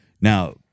Now